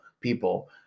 people